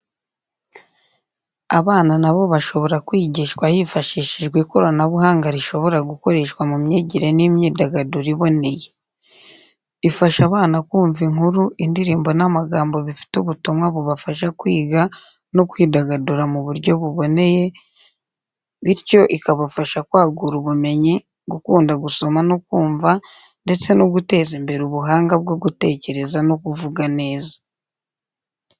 Abana nabo bashobora kwigishwa hifashihijwe ikoranabuhanga rishobora gukoreshwa mu myigire n’imyidagaduro iboneye. Ifasha abana kumva inkuru, indirimbo n’amagambo bifite ubutumwa bubafasha kwiga no kwidagadura mu buryo buboneye, bityo ikabafasha kwagura ubumenyi, gukunda gusoma no kumva, ndetse no guteza imbere ubuhanga bwo gutekereza no kuvuga neza.